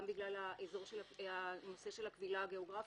גם בגלל הנושא של הכבילה הגיאוגרפית,